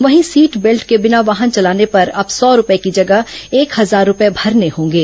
वहीं seat belt के बिना वाहन चलाने पर अब सौ रुपये की जगह एक हजार रुपये भरने होंगे